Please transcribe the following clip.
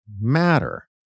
matter